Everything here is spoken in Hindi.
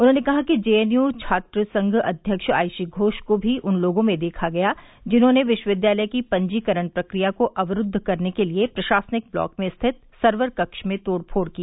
उन्होंने कहा कि जेएनयू छात्रसंघ अध्यक्ष आइशी घोष को भी उन लोगों में देखा गया जिन्होंने विश्वविद्यालय की पंजीकरण प्रक्रिया को अवरुद्व करने के लिए प्रशासनिक ब्लॉक में स्थित सर्वर कक्ष में तोड़फोड़ की